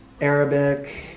Arabic